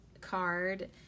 card